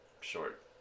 short